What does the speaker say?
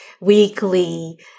weekly